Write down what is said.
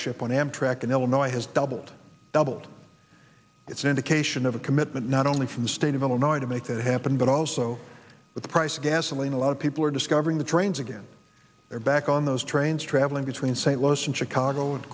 ship on amtrak in illinois has doubled doubled it's an indication of a commitment not only from the state of illinois to make that happen but also with the price of gasoline a lot of people are discovering the trains again they're back on those trains traveling between st louis and chicago and